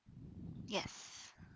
yes